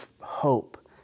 hope